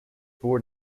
bored